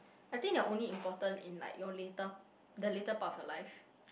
I think they're only important in like your later the later part of your life